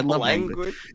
language